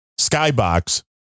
skybox